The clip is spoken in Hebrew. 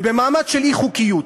ובמעמד של אי-חוקיות,